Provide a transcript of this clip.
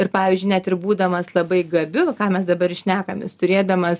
ir pavyzdžiui net ir būdamas labai gabiu ką mes dabar ir šnekam jis turėdamas